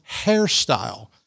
hairstyle